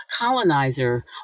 colonizer